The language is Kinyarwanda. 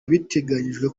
biteganijwe